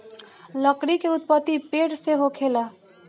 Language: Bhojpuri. लकड़ी के उत्पति पेड़ से होखेला